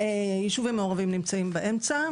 ישובים מעורבים נמצאים באמצע.